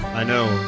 i know.